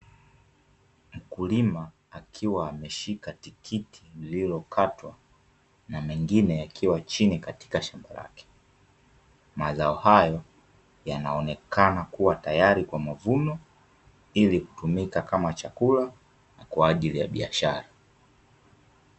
Mkulima akiwa ameshika tikiti lililokatwa na mengine yakiwa chini katika shamba lake, mazao hayo yanaonekana kuwa tayari kwa mavuno ili kutumika kama chakula kwa ajili ya biashara.